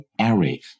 array